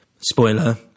spoiler